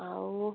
ଆଉ